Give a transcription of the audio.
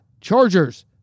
Chargers